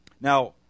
Now